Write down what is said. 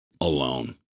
alone